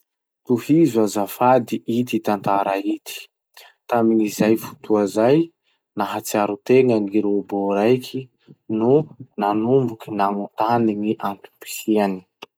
Tohizo azafady ity tantara ity: Tamin'izay fotoa zay, nahatsiaro tena gny robot raiky, no nanomboky nanotany gny antom-pisiany.